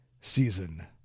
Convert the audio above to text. season